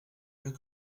mieux